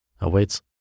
awaits